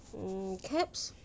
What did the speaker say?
mm caps